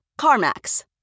CarMax